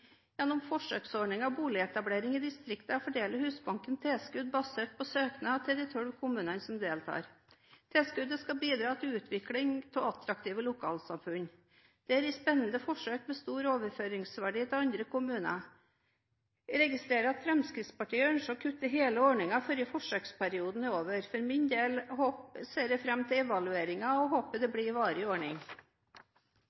Gjennom forsøksordningen Boligetablering i distriktene gir Husbanken tilskudd basert på søknad fra de tolv kommunene som deltar. Tilskuddet skal bidra til utviklingen av attraktive lokalsamfunn. Dette er et spennende forsøk med stor overføringsverdi til andre kommuner. Jeg registrerer at Fremskrittspartiet ønsker å kutte hele ordningen før forsøksperioden er over. For min del ser jeg fram til evalueringen og håper det